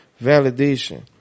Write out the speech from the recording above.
Validation